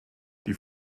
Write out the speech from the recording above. die